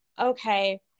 okay